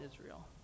Israel